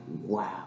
wow